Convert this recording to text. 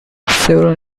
several